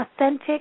authentic